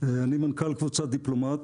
אני מנכ"ל קבוצת דיפלומט,